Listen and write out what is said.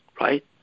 Right